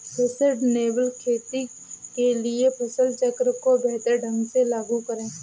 sustainable खेती के लिए फसल चक्र को बेहतर ढंग से लागू करें